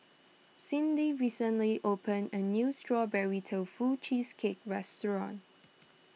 Cydney recently opened a new Strawberry Tofu Cheesecake restaurant